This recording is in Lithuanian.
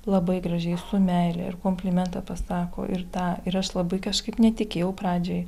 labai gražiai su meile ir komplimentą pasako ir tą ir aš labai kažkaip netikėjau pradžioj